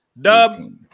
Dub